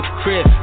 crib